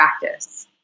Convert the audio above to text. practice